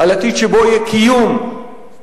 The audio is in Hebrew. על עתיד שבו יהיה קיום בכבוד,